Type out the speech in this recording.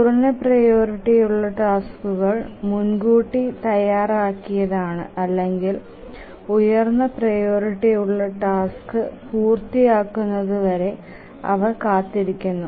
കുറഞ്ഞ പ്രിയോറിറ്റിയുള്ള ടാസ്ക്കുകൾ മുൻകൂട്ടി തയ്യാറാക്കിയതാണ് അല്ലെങ്കിൽ ഉയർന്ന പ്രിയോറിറ്റിയുള്ള ടാസ്ക് പൂർത്തിയാകുന്നതുവരെ അവ കാത്തിരിക്കുന്നു